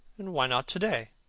and why not to-day?